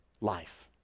life